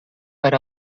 per